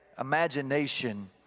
imagination